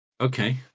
Okay